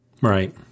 Right